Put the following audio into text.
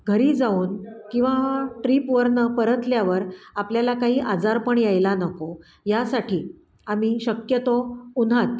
घरी जाऊन किंवा ट्रीपवरनं परतल्यावर आपल्याला काही आजारपण यायला नको यासाठी आम्ही शक्यतो उन्हात